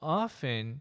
often